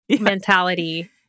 mentality